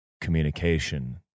communication